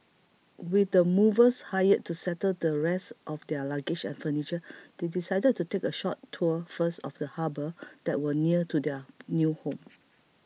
with the movers hired to settle the rest of their luggage and furniture they decided to take a short tour first of the harbour that was near to their new home